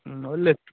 ಹ್ಞೂ ಒಳ್ಳೆ ಇತ್ತು